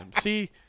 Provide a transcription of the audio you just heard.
See